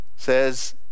says